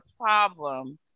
problem